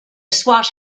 swat